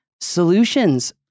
solutions